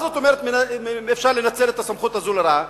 מה זאת אומרת שאפשר לנצל את הסמכות הזאת לרעה?